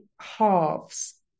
halves